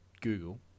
Google